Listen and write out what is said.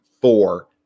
four